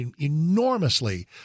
enormously